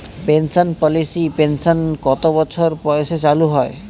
Pension পলিসির pension কত বছর বয়সে চালু হয়?